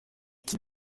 qui